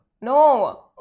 No